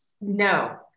no